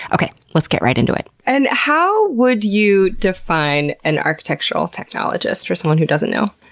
okay, let's get right into it. and how would you define an architectural technologist for someone who doesn't know?